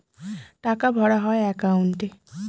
টাকা ভরা হয় একাউন্টে